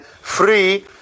free